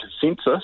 Census